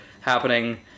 happening